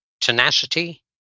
tenacity